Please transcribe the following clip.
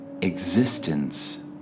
Existence